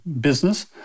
business